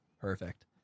Perfect